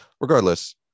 Regardless